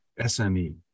SME